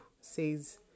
says